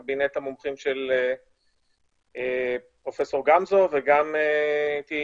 חבר בקבינט המומחים של פרופ' גמזו וגם הייתי